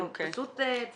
אתם פשוט צריכים להבין.